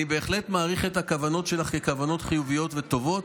אני בהחלט מעריך את הכוונות שלך ככוונות חיוביות וטובות.